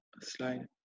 slide